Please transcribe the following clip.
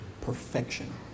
perfection